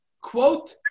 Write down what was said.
Quote